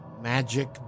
magic